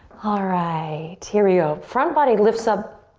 alright, here we go. front body lifts up.